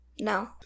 No